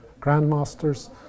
grandmasters